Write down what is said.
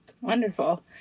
Wonderful